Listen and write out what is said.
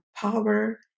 power